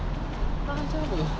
kurang ajar [pe]